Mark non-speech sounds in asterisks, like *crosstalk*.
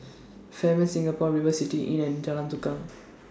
Fairmont Singapore River City Inn and Jalan Tukang *noise*